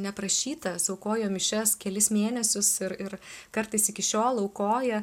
neprašytas aukojo mišias kelis mėnesius ir ir kartais iki šiol aukoja